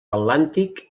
atlàntic